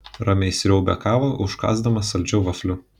ramiai sriaubė kavą užkąsdamas saldžiu vafliu